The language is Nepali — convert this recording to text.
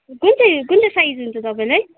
कुन चाहिँ कुन चाहिँ साइज हुन्छ तपाईँलाई